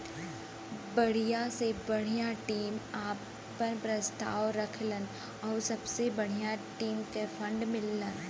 बढ़िया से बढ़िया टीम आपन प्रस्ताव रखलन आउर सबसे बढ़िया टीम के फ़ंड मिलला